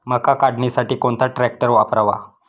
मका काढणीसाठी कोणता ट्रॅक्टर वापरावा?